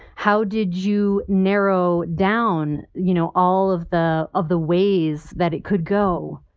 how did you narrow down, you know, all of the of the ways that it could go?